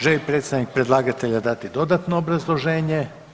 Želi li predstavnik predlagatelja dati dodatno obrazloženje?